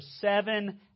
seven